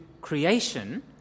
creation